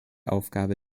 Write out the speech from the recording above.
aufgabe